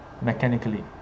mechanically